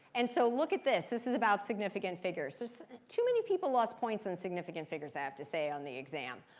and so look at this. this is about significant figures. too many people lost points on significant figures, i have to say, on the exam,